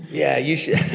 yeah, you should